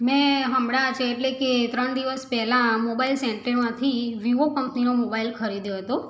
મેં હમણાં જ એટલે કે ત્રણ દિવસ પહેલાં મોબાઈલ સેન્ટરમાંથી વિવો કમ્પનીનો મોબાઈલ ખરીદ્યો હતો